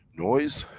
noise,